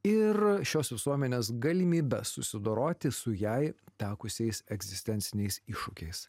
ir šios visuomenės galimybes susidoroti su jai tekusiais egzistenciniais iššūkiais